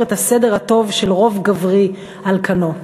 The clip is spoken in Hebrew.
את הסדר הטוב של רוב גברי על כנו.